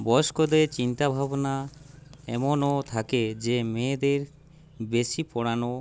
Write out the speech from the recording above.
বয়স্কদের চিন্তা ভাবনা এমনও থাকে যে মেয়েদের বেশী পড়ানো